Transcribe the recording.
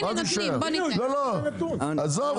עזוב,